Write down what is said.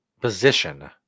position